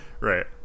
right